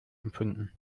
empfunden